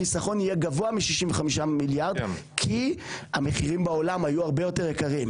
החיסכון יהיה גבוה מ-65 מיליארד כי המחירים בעולם היו הרבה יותר יקרים,